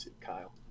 Kyle